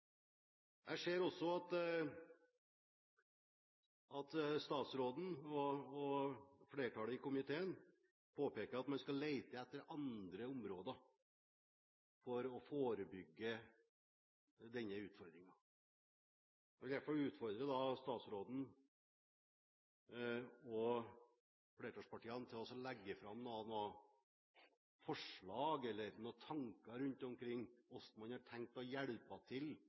Jeg ser også at statsråden og flertallet i komiteen påpeker at man skal lete etter andre områder for å forebygge denne utfordringen. Jeg vil derfor utfordre statsråden og flertallspartiene til å legge fram noen forslag eller noen tanker rundt hvordan man har tenkt å hjelpe til